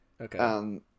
Okay